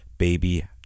Baby